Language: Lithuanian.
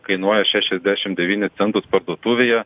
kainuoja šešiasdešim devynis centus parduotuvėje